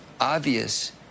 obvious